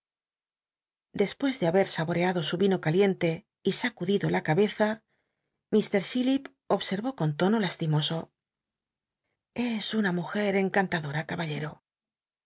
despues de haber saboreado su vino calien te y sacudido la ca beza mr chillip observó con tono lastimoso es una mujer encantadora caballero